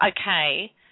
okay